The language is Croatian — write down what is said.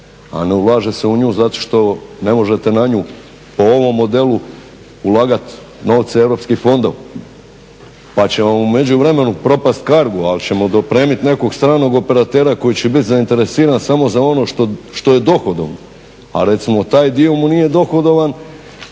a ne ulaže se u nju zato što ne možete na nju po ovom modelu ulagat novce europskih fondova pa će vam u međuvremenu propast kargu ali ćemo dopremit nekog stranog operatera koji će biti zainteresiran samo za ono što je dohodovno. A recimo, taj dio mu nije dohodovan